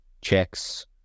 checks